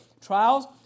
trials